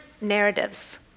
narratives